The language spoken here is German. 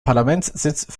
parlamentssitz